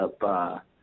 up –